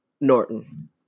Norton